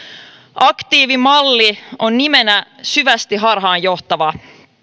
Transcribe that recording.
aktiivimalli on nimenä syvästi harhaanjohtava